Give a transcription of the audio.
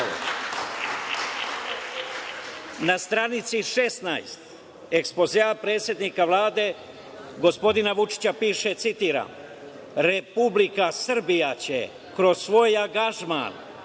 stranici 16 ekspozea predsednika Vlade gospodina Vučića piše, citiram: „Republika Srbija će kroz svoj angažman